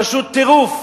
פשוט טירוף: